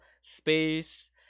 space